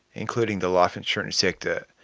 including the life insurance sector,